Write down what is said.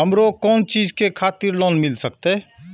हमरो कोन चीज के खातिर लोन मिल संकेत?